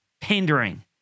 pandering